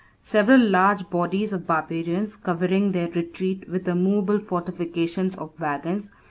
several large bodies of barbarians, covering their retreat with a movable fortification of wagons,